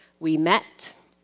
we met.